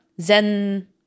Zen